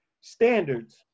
standards